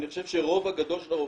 ואני חושב שהרוב הגדול של הרופאים,